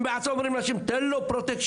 הם בעצמם אומרים לאנשים: "תן לו פרוטקשיין".